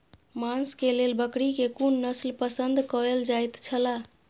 मांस के लेल बकरी के कुन नस्ल पसंद कायल जायत छला?